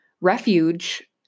refuge